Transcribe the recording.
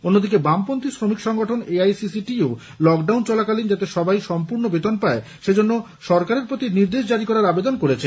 অন্যদিকে বামপন্থী শ্রমিক সংগঠন A I C C T U lockdown চলাকালীন যাতে সবাই সম্পূর্ণ বেতন পায় সে জন্য সরকারের প্রতি নির্দেশ জারি করার আবেদন করেছে